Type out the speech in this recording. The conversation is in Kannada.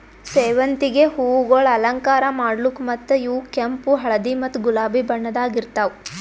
ಸೇವಂತಿಗೆ ಹೂವುಗೊಳ್ ಅಲಂಕಾರ ಮಾಡ್ಲುಕ್ ಮತ್ತ ಇವು ಕೆಂಪು, ಹಳದಿ ಮತ್ತ ಗುಲಾಬಿ ಬಣ್ಣದಾಗ್ ಇರ್ತಾವ್